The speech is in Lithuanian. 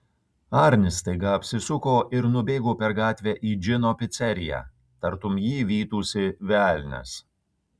arnis staiga apsisuko ir nubėgo per gatvę į džino piceriją tartum jį vytųsi velnias